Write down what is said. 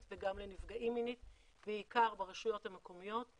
וגם לנפגעים מינית בעיקר ברשויות המקומיות,